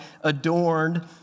adorned